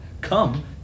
Come